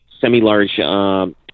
semi-large